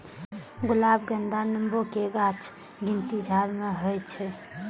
गुलाब, गेंदा, नेबो के गाछक गिनती झाड़ मे होइ छै